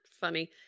Funny